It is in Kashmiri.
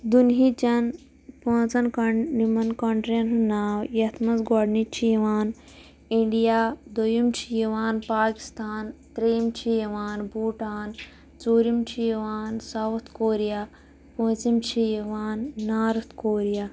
دُنہیٖچن پانٛژَن کن یمن کنٹرٛین ہُنٛد ناو یتھ مَنٛز گۄڈٕنچۍ چھِ یِوان انٛڈیا دوٚیم چھِ یوان پاکِستان تریٚیم چھِ یوان بوٗٹان ژوٗرِم چھِ یوان ساوُتھ کوریہ پٲنٛژِم چھِ یوان نارٕتھ کوریہ